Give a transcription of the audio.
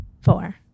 four